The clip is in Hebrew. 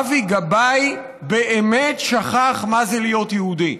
אבי גבאי באמת שכח מה זה להיות יהודי.